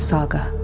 Saga